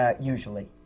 ah usually.